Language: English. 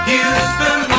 Houston